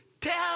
Tell